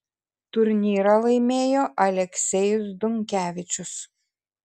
turnyrą laimėjo aleksejus dunkevičius